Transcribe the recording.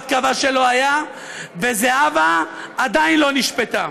קבע שלא היה וזהבה עדיין לא נשפטה.